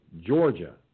Georgia